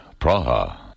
Praha